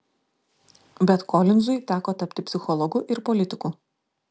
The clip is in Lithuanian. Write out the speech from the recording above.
bet kolinzui teko tapti psichologu ir politiku